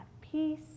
peace